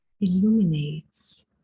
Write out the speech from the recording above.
illuminates